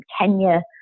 Kenya